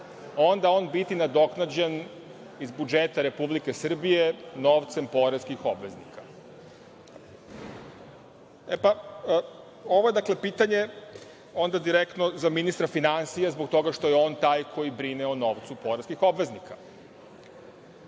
on biti nadoknađen iz budžeta Republike Srbije novcem poreskih obveznika. Ovo je pitanje direktno za ministra finansija, zbog toga što je on taj koji brine o novcu poreskih obveznika.